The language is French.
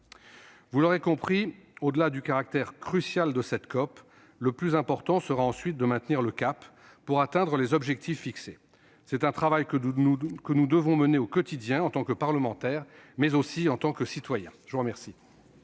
Vous l'aurez compris : au-delà du caractère crucial de cette COP, le plus important sera ensuite de maintenir le cap pour atteindre les objectifs fixés. C'est un travail que nous devons mener au quotidien en tant que parlementaires, mais aussi en tant que citoyens. La parole